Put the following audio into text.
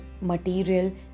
material